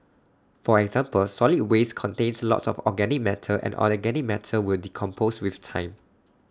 for example solid waste contains lots of organic matter and organic matter will decompose with time